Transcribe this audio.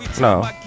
No